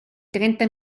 trenta